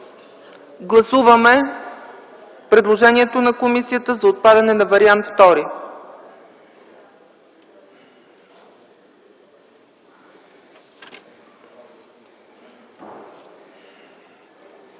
гласуване предложението на комисията за отпадане на вариант